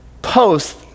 post